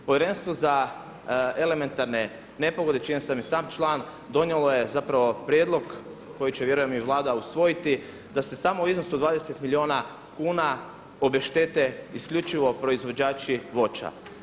Povjerenstvo za elementarne nepogode čiji sam i sam član donijelo je zapravo prijedlog koji će vjerujem i Vlada usvojiti da se samo u iznosu od 20 milijuna kuna obeštete isključivo proizvođači voća.